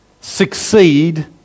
succeed